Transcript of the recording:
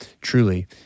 truly